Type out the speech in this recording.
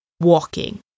walking